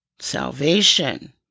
Salvation